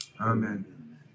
Amen